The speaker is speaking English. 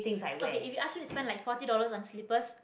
okay if you ask me to spend like forty dollars on slippers